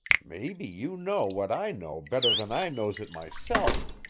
maybe you know what i know better than i knows it myself,